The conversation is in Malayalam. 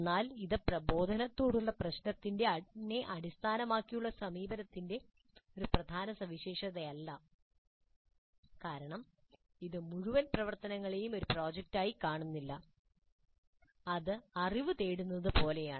എന്നാൽ ഇത് പ്രബോധനത്തോടുള്ള പ്രശ്നത്തെ അടിസ്ഥാനമാക്കിയുള്ള സമീപനത്തിന്റെ ഒരു പ്രധാന സവിശേഷതയല്ല കാരണം ഇത് മുഴുവൻ പ്രവർത്തനങ്ങളെയും ഒരു പ്രോജക്റ്റായി കാണുന്നില്ല അത് അറിവ് തേടുന്നതുപോലെയാണ്